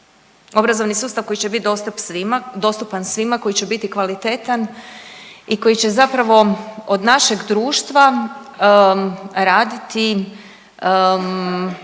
obrazovani sustav koji će bit dostupan svima, koji će biti kvalitetan i koji će zapravo od našeg društva raditi